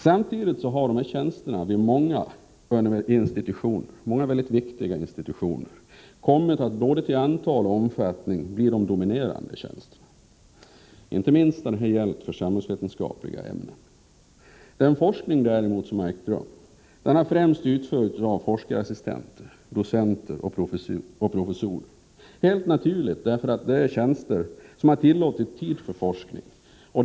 Samtidigt har tjänsterna vid många mycket viktiga institutioner kommit att både till antal och omfattning bli de dominerande tjänsterna. Inte minst har detta gällt samhällsvetenskapliga ämnen. Den forskning som ägt rum har däremot främst utförts av forskarassistenter, docenter och professorer. Det är helt naturligt, eftersom detta är tjänster som varit sådana att man fått tid för forskning.